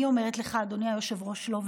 אני אומרת לך, אדוני היושב-ראש, לא.